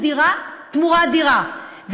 דירה תמורת דירה.